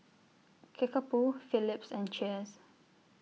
Kickapoo Phillips and Cheers